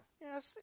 Yes